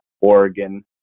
Oregon